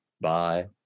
bye